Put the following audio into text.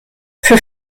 für